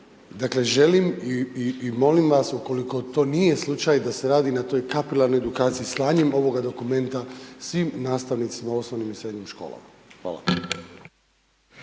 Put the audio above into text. Dakle, želim i molim vas ukoliko to nije slučaj da se radi na toj kapilarnoj edukaciji slanjem ovoga dokumenta svim nastavnicima u osnovnim i srednjim školama.